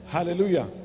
Hallelujah